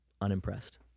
unimpressed